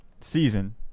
season